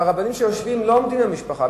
הרבנים שיושבים לא עומדים מול המשפחה.